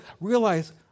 realize